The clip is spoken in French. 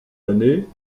années